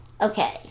Okay